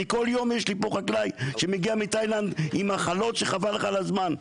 כל יום יש לי פה חקלאי שמגיע מתאילנד עם מחלות שחבל לך על הזמן.